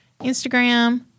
Instagram